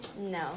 No